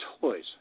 toys